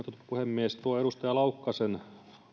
puhemies tuo edustaja laukkasen